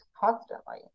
constantly